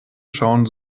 schauen